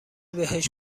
بهش